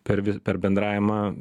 per vi per bendravimą